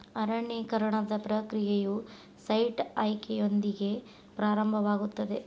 ಅರಣ್ಯೇಕರಣದ ಪ್ರಕ್ರಿಯೆಯು ಸೈಟ್ ಆಯ್ಕೆಯೊಂದಿಗೆ ಪ್ರಾರಂಭವಾಗುತ್ತದೆ